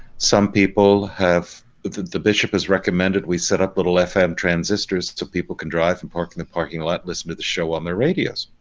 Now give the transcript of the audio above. some people have the the bishop is recommended we set up little fm transistors so people can drive and park in the parking lot, listen to the show on their radios.